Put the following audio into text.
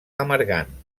amargant